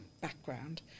background